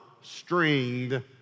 stringed